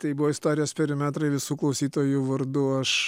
tai buvo istorijos perimetrai visų klausytojų vardu aš